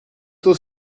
taux